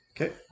Okay